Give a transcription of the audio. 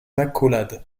accolade